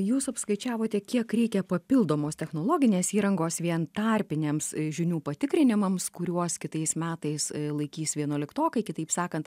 jūs apskaičiavote kiek reikia papildomos technologinės įrangos vien tarpiniams žinių patikrinimams kuriuos kitais metais laikys vienuoliktokai kitaip sakant